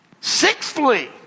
Sixthly